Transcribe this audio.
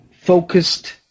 focused